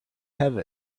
have